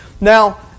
Now